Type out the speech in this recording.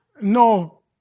No